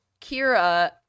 Kira